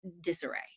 disarray